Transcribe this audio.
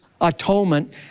atonement